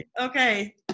Okay